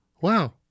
Wow